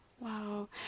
Wow